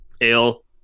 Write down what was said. ale